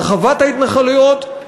הרחבת ההתנחלויות,